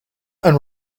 and